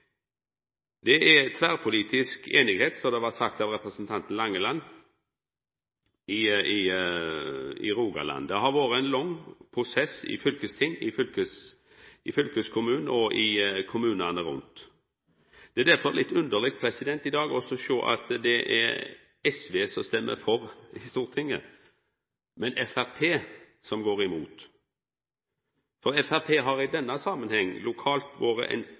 representanten Langeland, tverrpolitisk einigheit i Rogaland. Det har vore ein lang prosess i fylkestinget, i fylkeskommunen og i kommunane rundt. Det er derfor litt underleg i dag å sjå at det er SV som stemmer for i Stortinget, men Framstegspartiet som går imot. Representantane frå Framstegspartiet lokalt har i denne samanhengen vore